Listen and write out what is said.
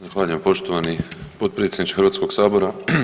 Zahvaljujem poštovani potpredsjedniče Hrvatskog sabora.